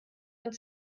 und